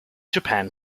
japan